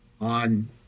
on